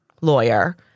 lawyer